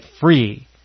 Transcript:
free